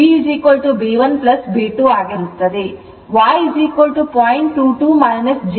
22 ಆಗಿರುತ್ತದೆ ಮತ್ತು b b 1 b 2 ಆಗಿರುತ್ತದೆ